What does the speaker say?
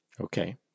okay